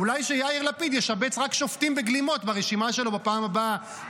אולי שיאיר לפיד ישבץ רק שופטים בגלימות ברשימה שלו בפעם הבאה,